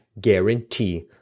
guarantee